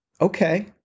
Okay